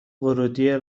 ورودیه